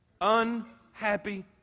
unhappy